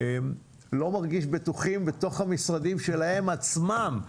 לא מרגישים בטוחים בתוך המשרדים שלהם עצמם,